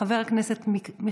חבר הכנסת אלכס קושניר,